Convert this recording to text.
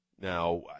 now